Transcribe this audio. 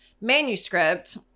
manuscript